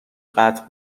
قطع